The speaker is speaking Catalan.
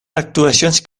actuacions